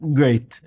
great